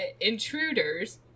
Intruders